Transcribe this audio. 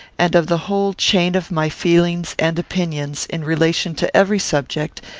and of the whole chain of my feelings and opinions, in relation to every subject,